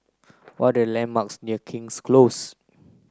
what are landmarks near King's Close